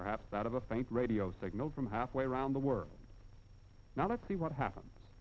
perhaps out of a faint radio signal from halfway around the world now let's see what happens